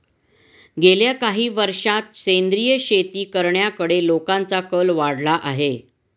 गेल्या काही वर्षांत सेंद्रिय शेती करण्याकडे लोकांचा कल वाढला आहे